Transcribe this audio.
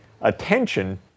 attention